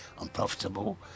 unprofitable